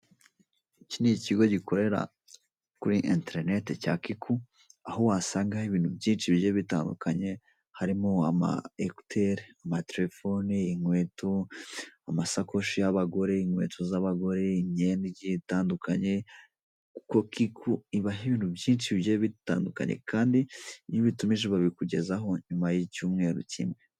Iki ni ikigo gikorera kuri interineti cya Kiku, aho wasangaho ibintu byinshi bigiye bitandukanye, harimo amakuteri, amatelefoni, inkweto, amasakoshi y'abagore, inkweto z'abagore, imyenda igiye itandukanye, kuko Kiku ibaha ibintu byinshi bigiye bitandukanye, kandi iyo ubitumije babikugezaho nyuma y'icyumweru kimwe.